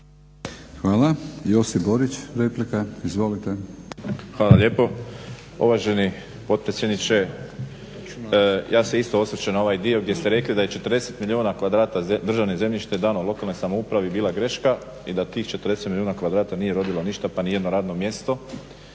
Hvala. Josip Borić, replika. Izvolite. **Borić, Josip (HDZ)** Hvala lijepo. Uvaženi potpredsjedniče ja se isto osvrćem na ovaj dio gdje ste rekli da je 40 milijuna kvadrata državnog zemljišta dano lokalnoj samoupravi bila greška i da tih 40 milijuna kvadrata nije rodilo ništa pa nijedno radno mjesto.